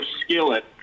skillet